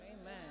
Amen